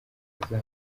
zambia